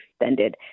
extended